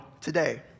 today